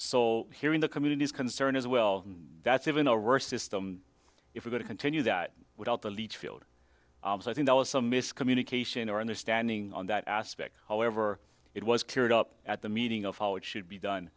so here in the communities concerned as well that's even a system if we're going to continue that without the leach field i think that was some miscommunication or understanding on that aspect however it was cleared up at the meeting of how it should be done